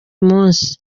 munsi